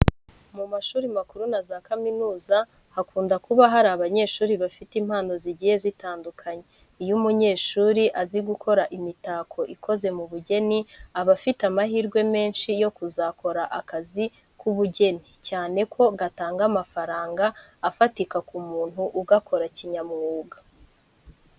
Mu mashuri makuru na za kaminuza hakunda kuba hari abanyeshuri bafite impano zigiye zitandukanye. Iyo umunyeshuri azi gukora imitako ikoze mu bugeni, aba afite amahirwe menshi yo kuzakora akazi ku bugeni cyane ko gatanga n'amafaranga afatika ku muntu ugakora kinyamwuga.